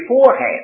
beforehand